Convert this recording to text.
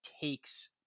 takes